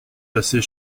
passait